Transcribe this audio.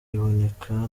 iboneka